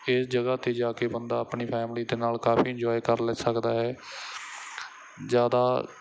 ਇਸ ਜਗ੍ਹਾ 'ਤੇ ਜਾ ਕੇ ਬੰਦਾ ਆਪਣੀ ਫੈਮਿਲੀ ਦੇ ਨਾਲ ਕਾਫੀ ਇੰਜੋਏ ਕਰ ਲੈ ਸਕਦਾ ਹੈ ਜ਼ਿਆਦਾ